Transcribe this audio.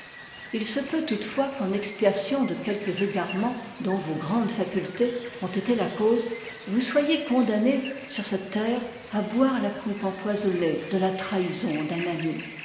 il se peut toutefois qu'en expiation de quel ques égarements dont vos grandes facultés ont été la cause vous soyez condamné sur cette terre à boire la coupe empoisonnée de la trahi son d'un ami